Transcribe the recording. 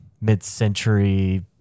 mid-century